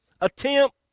attempt